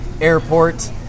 Airport